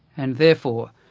and therefore,